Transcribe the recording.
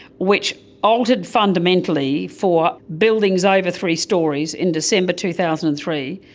which altered fundamentally for buildings over three storeys in december two thousand and three,